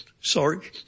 Sorry